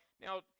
Now